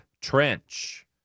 trench